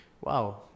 Wow